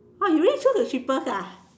oh you really try the cheapest ah